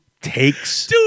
takes